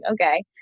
okay